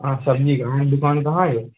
अहाँ सब्जीकऽ अहाँके दुकान कहाँ यऽ